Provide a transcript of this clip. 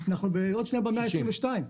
אנחנו עוד שנייה במאה ה-22.